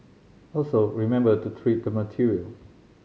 also remember to treat the material